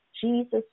Jesus